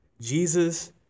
Jesus